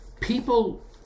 People